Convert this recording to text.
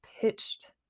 pitched